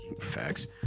Facts